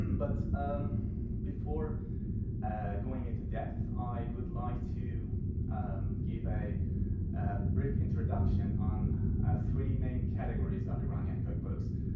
but um before going into depth, i would like to give a brief introduction on ah three main categories of iranian cookbooks.